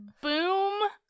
Boom